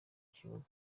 kibuga